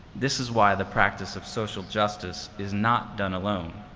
this is why the practice of social justice is not done alone.